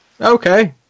Okay